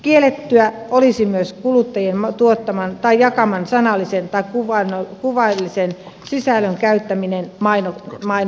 kiellettyä olisi myös kuluttajien tuottaman tai jakaman sanallisen tai kuvallisen sisällön käyttäminen mainonnassa